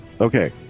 okay